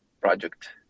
project